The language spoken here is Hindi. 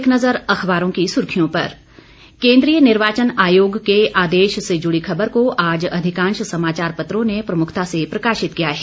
एक नज़र अखबारों की सुर्खियों पर केंद्रीय निर्वाचन आयोग के आदेश से जुड़ी खबर को आज अधिकांश समाचार पत्रों ने प्रमुखता से प्रकाशित किया है